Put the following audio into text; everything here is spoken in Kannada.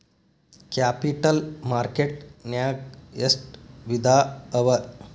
ಕ್ಯಾಪಿಟಲ್ ಮಾರ್ಕೆಟ್ ನ್ಯಾಗ್ ಎಷ್ಟ್ ವಿಧಾಅವ?